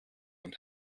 und